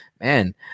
man